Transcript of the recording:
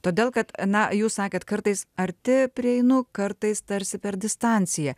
todėl kad na jūs sakėt kartais arti prieinu kartais tarsi per distanciją